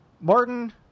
Martin